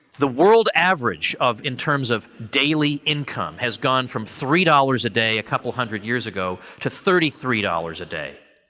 the world average of in terms of daily income has gone from three dollars a day a couple hundred years ago to thirty three dollars a day,